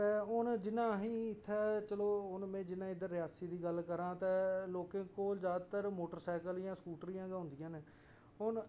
हून जि'यां असें गी इत्थै हून चलो जियां में इत्थै रियासी दी गल्ल करां ते लोके्ं कोल ज्यादातर मोटरसाइकल जां स्कूटियां गै होंदियां न हून